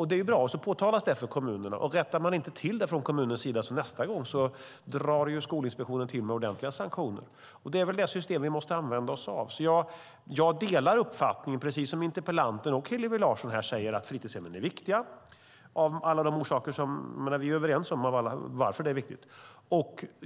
vilket är bra. Sedan påtalas det för kommunerna, och om de inte rättar till det från kommunernas sida drar Skolinspektionen nästa gång till med ordentliga sanktioner. Det är det system vi måste använda oss av. Jag delar interpellantens och Hillevi Larssons uppfattning att fritidshemmen är viktiga. Vi är överens om varför de är viktiga.